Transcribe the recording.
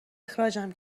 اخراجم